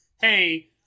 hey